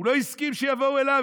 הוא לא הסכים שיבואו אליו.